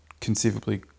conceivably